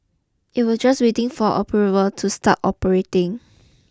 it were just waiting for approval to start operating